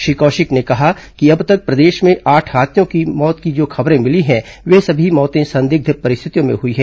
श्री कौशिक ने कहा कि अब तक प्रदेश में आठ हाथियों की मौत की जो खबरें मिली हैं वे सभी मौतें संदिग्ध परिस्थितियों में हुई है